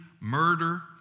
murder